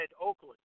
Oakland